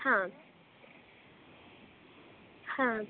हा हा